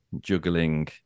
juggling